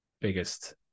biggest